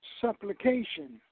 supplication